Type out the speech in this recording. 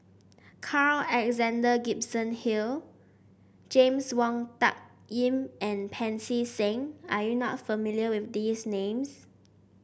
Carl Alexander Gibson Hill James Wong Tuck Yim and Pancy Seng are you not familiar with these names